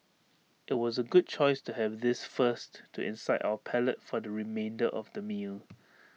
IT was A good choice to have this first to incite our palate for the remainder of the meal